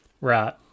Right